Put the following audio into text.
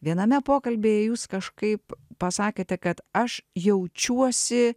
viename pokalbyje jūs kažkaip pasakėte kad aš jaučiuosi